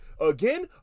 Again